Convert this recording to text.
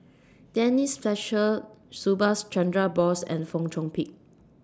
Denise Fletcher Subhas Chandra Bose and Fong Chong Pik